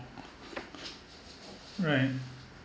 right